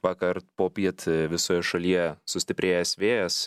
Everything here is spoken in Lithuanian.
vakar popiet visoje šalyje sustiprėjęs vėjas